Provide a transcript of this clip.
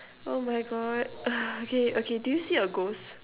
oh my God okay okay do you see a ghost